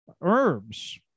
herbs